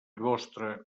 vostre